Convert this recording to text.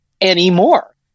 anymore